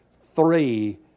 three